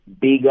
Bigger